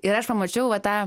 ir aš pamačiau va tą